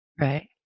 Right